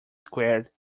squared